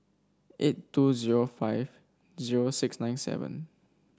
eight two zero five zero six nine seven